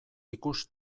ikus